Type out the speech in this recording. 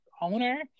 owner